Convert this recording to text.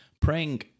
Praying